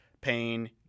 Pain